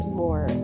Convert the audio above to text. more